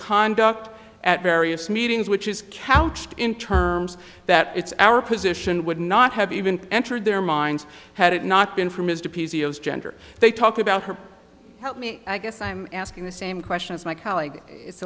conduct at various meetings which is couched in terms that it's our position would not have even entered their minds had it not been for mr p c o s gender they talk about her help me i guess i'm asking the same question as my colleague it's